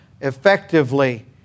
effectively